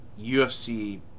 ufc